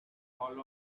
all